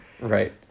Right